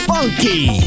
Funky